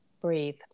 breathe